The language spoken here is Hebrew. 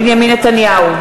בנימין נתניהו,